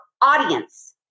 audience